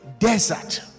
desert